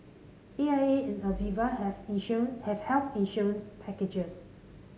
A I A and Aviva have have health insurance packages